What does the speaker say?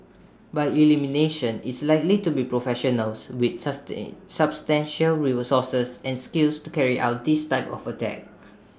by elimination it's likely to be professionals with sustain substantial resources and skills to carry out this type of attack